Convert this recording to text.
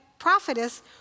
Prophetess